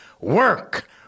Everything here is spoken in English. work